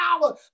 Power